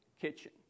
kitchen